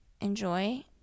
enjoy